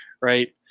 right